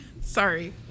sorry